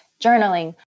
journaling